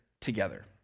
together